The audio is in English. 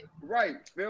Right